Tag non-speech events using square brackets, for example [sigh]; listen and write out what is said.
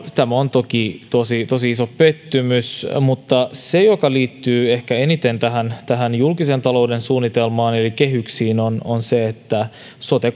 tämä on toki tosi tosi iso pettymys mutta se mikä liittyy ehkä eniten tähän tähän julkisen talouden suunnitelmaan eli kehyksiin on on se että sote [unintelligible]